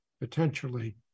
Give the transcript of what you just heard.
potentially